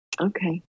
Okay